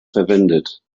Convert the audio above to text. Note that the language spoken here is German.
verwendet